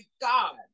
god